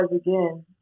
again